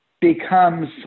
becomes